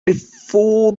before